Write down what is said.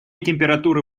температуры